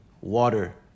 water